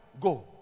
Go